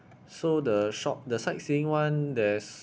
so the shop the sightseeing [one] there's